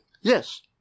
Yes